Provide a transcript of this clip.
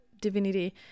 divinity